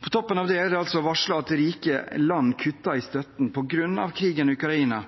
På toppen av det er det altså varslet at rike land kutter i støtten på grunn av krigen i Ukraina.